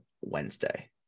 Wednesday